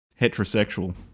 heterosexual